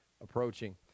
approaching